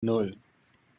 nan